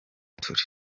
touré